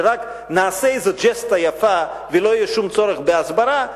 שרק נעשה איזו ג'סטה יפה ולא יהיה שום צורך בהסברה,